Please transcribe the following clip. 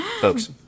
folks